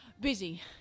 Busy